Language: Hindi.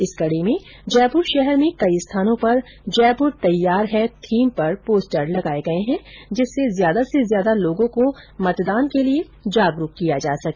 इस कड़ी में जयपुर शहर में कई स्थानों पर जयपुर तैयार है थीम पर पोस्टर लगाए गए हैं जिससे ज्यादा से ज्यादा लोगों को मतदान के लिए जागरूक किया जा सके